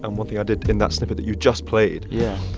and one thing i did in that snippet that you just played. yeah.